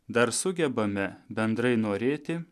dar sugebame bendrai norėti